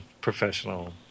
professional